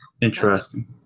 Interesting